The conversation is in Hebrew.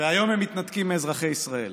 והיום הם מתנתקים מאזרחי ישראל.